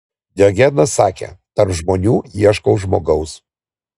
diogenas sakė tarp žmonių ieškau žmogaus